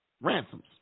ransoms